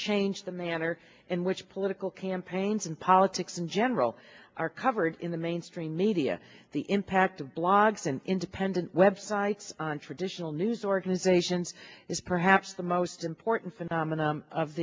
changed the manner in which political campaigns and politics in general are covered in the mainstream media the impact of blogs and independent websites on traditional news organizations is perhaps the most important phenomenon of